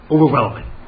Overwhelming